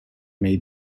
may